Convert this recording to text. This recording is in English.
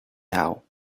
now